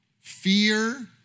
Fear